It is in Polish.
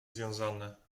związane